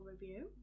review